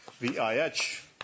VIH